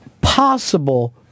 possible